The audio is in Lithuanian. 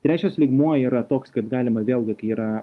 tai reiškias lygmuo yra toks kad galima vėlgi kai yra